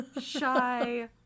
shy